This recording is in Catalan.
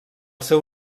seu